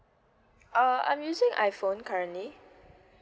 uh I'm using I phone currently